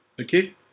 Okay